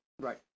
Right